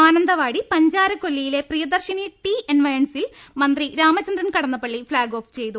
മാനന്തവാടി പഞ്ചാരക്കൊല്ലിയിലെ പ്രിയദർശിനി ടീ എൻവയൺസിൽ മന്ത്രി രാമചന്ദ്രൻ കടന്നപ്പള്ളി ഫ്ളാഗ് ഓഫ് ചെയ്തു